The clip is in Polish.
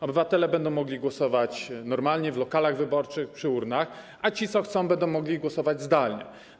Obywatele będą mogli głosować normalnie, w lokalach wyborczych, przy urnach, a ci, co chcą, będą mogli głosować zdalnie.